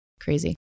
Crazy